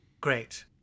great